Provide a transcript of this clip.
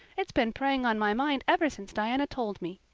it's been preying on my mind ever since diana told me.